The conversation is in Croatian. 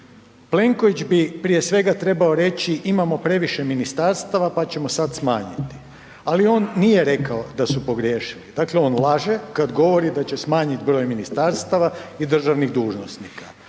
Plenković bi prije svega trebao reći imamo previše ministarstava pa ćemo sad smanjiti ali on nije rekao da su pogriješili, dakle on laže kad govori da će smanjiti broj ministarstava i državnih dužnosnika.